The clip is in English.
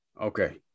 Okay